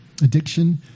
Addiction